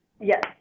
Yes